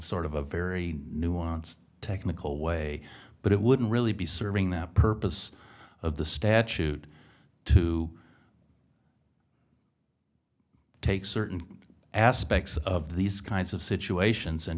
sort of a very nuanced technical way but it wouldn't really be serving the purpose of the statute to take certain aspects of these kinds of situations and